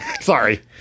Sorry